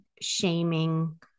shaming